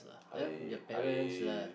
I I